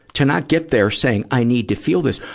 to not get there, saying i need to feel this,